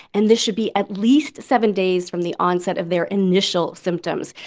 and this should be at least seven days from the onset of their initial symptoms.